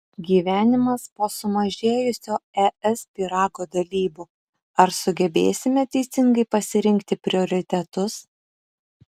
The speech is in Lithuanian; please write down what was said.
gyvenimas po sumažėjusio es pyrago dalybų ar sugebėsime teisingai pasirinkti prioritetus